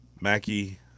Mackie